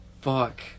fuck